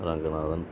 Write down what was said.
Ranganathan